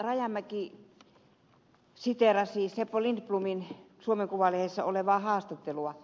rajamäki siteerasi seppo lindblomin suomen kuvalehdessä olevaa haastattelua